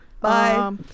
bye